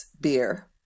beer